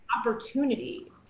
opportunity